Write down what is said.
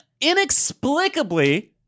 inexplicably